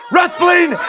wrestling